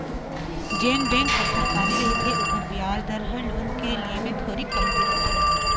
जेन बेंक ह सरकारी रहिथे ओखर बियाज दर ह लोन के ले म थोरीक कमती रथे